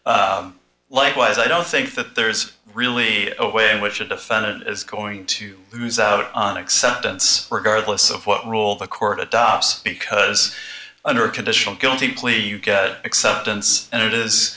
dispositive likewise i don't think that there's really a way in which a defendant is going to lose out on acceptance regardless of what rule the court adopts because under a conditional guilty plea you get acceptance and it is